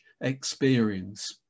experience